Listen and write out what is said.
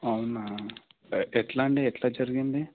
అవునా ఎట్లా అండి ఎట్లా జరిగింది